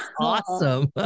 awesome